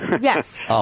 Yes